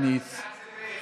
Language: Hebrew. להצביע על זה פה אחד?